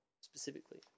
specifically